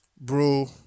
bro